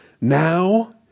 Now